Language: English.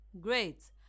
Great